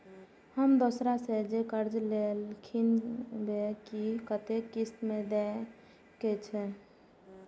हम दोसरा से जे कर्जा लेलखिन वे के कतेक किस्त में दे के चाही?